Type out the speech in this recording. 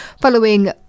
Following